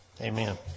amen